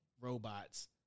robots